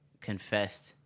confessed